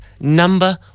number